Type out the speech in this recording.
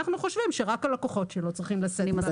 אנחנו חושבים שרק הלקוחות שלו צריכים לשאת בעלות הזאת.